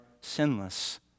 sinless